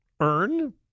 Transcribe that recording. earn